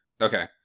Okay